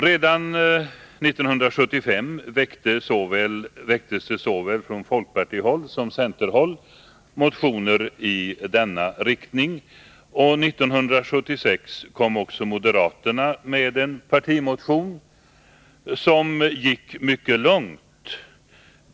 Redan 1975 väcktes det från såväl folkpartihåll som centerhåll motioner i denna riktning. Och 1976 kom också moderaterna med en partimotion, som gick mycket långt.